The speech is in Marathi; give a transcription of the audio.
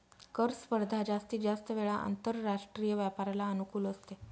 कर स्पर्धा जास्तीत जास्त वेळा आंतरराष्ट्रीय व्यापाराला अनुकूल असते